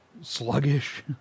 sluggish